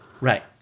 Right